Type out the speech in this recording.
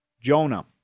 Jonah